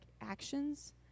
actions